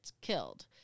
killed